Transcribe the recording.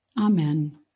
Amen